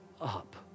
up